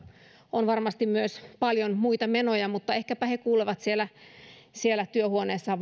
on varmasti myös paljon muita menoja mutta ehkäpä he kuulevat vaikkapa siellä työhuoneissaan